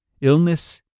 illness